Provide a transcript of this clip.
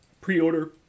pre-order